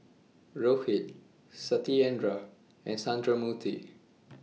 Rohit Satyendra and Sundramoorthy